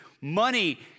Money